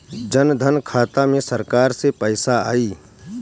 जनधन खाता मे सरकार से पैसा आई?